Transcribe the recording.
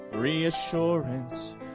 reassurance